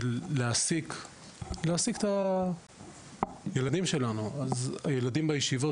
להעסיק את הילדים שלנו אז הילדים בישיבות,